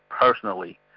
personally